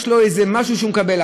יש לו איזה משהו שהוא מקבל,